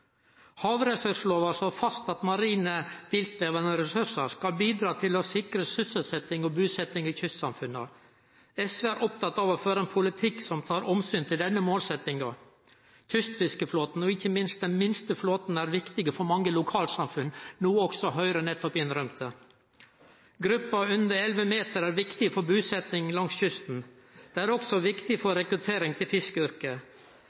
Havressurslova slår fast at marine viltlevande ressursar skal bidra til å sikre sysselsetting og busetting i kystsamfunna. SV er opptatt av å føre ein politikk som tar omsyn til denne målsettinga. Kystfiskeflåten, og ikkje minst den minste flåten, er viktig for mange lokalsamfunn, noko også Høgre nettopp innrømte. Gruppa under 11 meter er viktig for busetnaden langs kysten. Ho er også viktig for